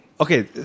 Okay